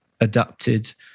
adapted